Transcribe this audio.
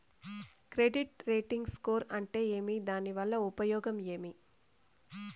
Credit rating score అంటే ఏమి దాని వల్ల ఉపయోగం ఏమి?